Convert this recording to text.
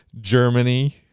germany